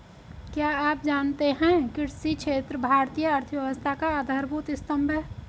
क्या आप जानते है कृषि क्षेत्र भारतीय अर्थव्यवस्था का आधारभूत स्तंभ है?